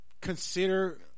Consider